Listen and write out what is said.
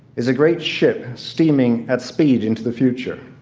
is a great ship steaming at speed into the future.